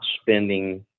spending